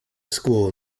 school